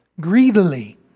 greedily